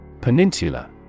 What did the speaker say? Peninsula